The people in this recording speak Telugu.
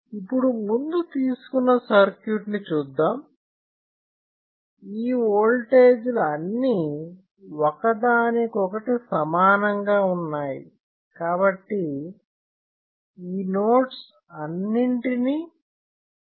ఇప్పుడు ముందు తీసుకున్న సర్క్యూట్ ని చూద్దాం ఈ ఓల్టేజ్ లు అన్నీ ఒకదానికొకటి సమానంగా ఉన్నాయి కాబట్టి ఈ నోడ్స్ అన్నిటిని అనుసంధానించవచ్చు